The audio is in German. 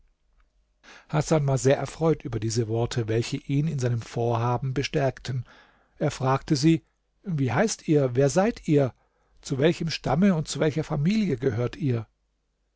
hasan war sehr erfreut über diese worte welche ihn in seinem vorhaben bestärkten er fragte sie wie heißt ihr wer seid ihr zu welchem stamme und zu welcher familie gehört ihr